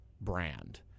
brand